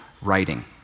writing